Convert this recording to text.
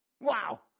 Wow